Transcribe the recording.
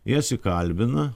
jas įkalbina